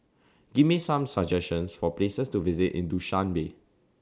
Give Me Some suggestions For Places to visit in Dushanbe